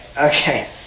Okay